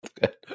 good